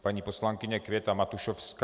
Paní poslankyně Květa Matušovská.